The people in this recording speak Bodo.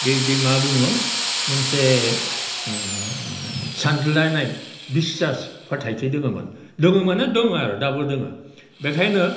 बेबिदि मा बुङो मोनसे सानज्लायनाय बिसास फोथायथि दोङोमोन दङ माने दङ आरो दाबो दोङो बेखायनो